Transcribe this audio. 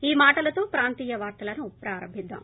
ఈ మాటలతో ప్రాంతీయ వార్తలను ప్రారంభిద్రాం